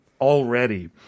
already